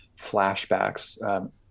flashbacks